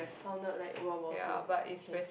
sounded like World War Two okay